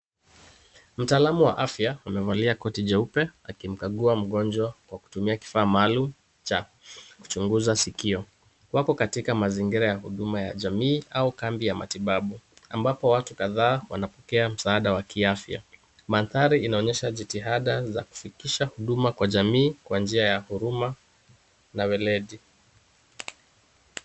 Mtaalamu wa afya amevalia koti jeupe, akimkagua mgojwa kwa kutumia kifaa maalum cha kuchunguza sikio. Wako katika mazingira ya huduma ya jamii au kambi ya matibabu ambapo watu kadhaa wanapokea msaada wa kiafya. Mandhari inaonyesha jitihada za kufikisha huduma kwa jamii kwa njia ya huruma na weledi.